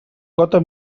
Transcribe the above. cota